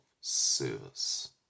service